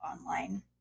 online